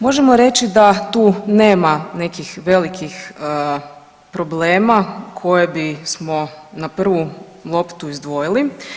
Možemo reći da tu nema nekih velikih problema koje bismo na prvu loptu izdvojili.